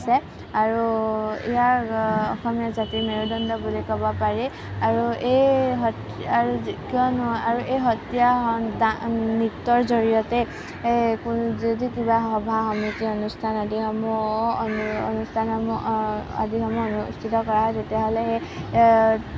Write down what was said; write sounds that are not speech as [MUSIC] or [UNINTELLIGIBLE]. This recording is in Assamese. আৰু ইয়াৰ অসমীয়া জাতিৰ মেৰুদণ্ড বুলি ক'ব পাৰি আৰু [UNINTELLIGIBLE] এই কিয়নো আৰু এই সত্ৰীয়া [UNINTELLIGIBLE] নৃত্যৰ জড়িয়তে যদি কিবা সভা সমিতি অনুষ্ঠানসমূহ আদিসমূহ অনুষ্ঠানসমূহ আদিসমূহ অনুষ্ঠিত কৰা হয় তেতিয়াহ'লে